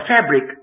fabric